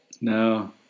No